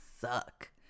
suck